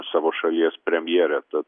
savo šalies premjere tad